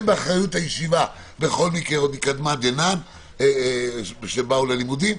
הם באחריות הישיבה בכל מקרה, שבאו ללימודים.